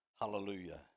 Hallelujah